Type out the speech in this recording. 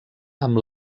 amb